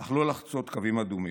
אך לא לחצות קווים אדומים.